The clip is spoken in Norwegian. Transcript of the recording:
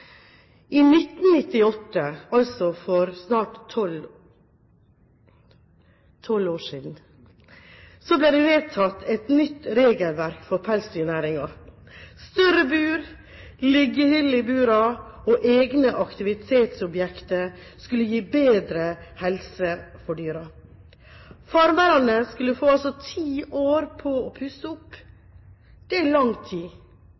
I 1998, altså for snart tolv år siden, ble det vedtatt et nytt regelverk for pelsdyrnæringen: Større bur, liggehyller i burene og egne aktivitetsobjekter skulle gi bedre helse for dyrene. Farmerne skulle få ti år på å pusse opp. Det er lang tid.